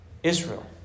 Israel